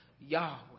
Yahweh